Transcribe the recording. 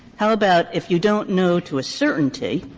how about if you don't know to a certainty,